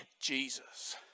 Jesus